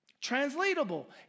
translatable